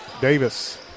Davis